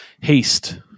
Haste